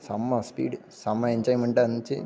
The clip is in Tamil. செம்ம ஸ்பீடு செம்ம என்ஜாய்மெண்ட்டாக இருந்துச்சி